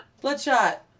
Bloodshot